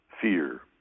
fear